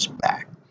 back